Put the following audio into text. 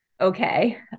Okay